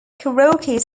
karaoke